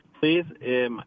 please